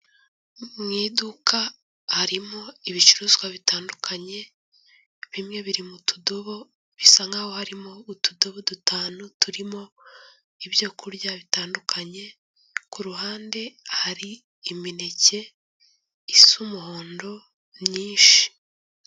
Mu iduka harimo ibicuruzwa bitandukanye, bimwe biri mu tudobo bisa nkaho harimo utudobo dutanu turimo ibyo kurya bitandukanye, ku ruhande hari imineke isa umuhondo myinshi.